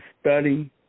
study